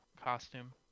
costume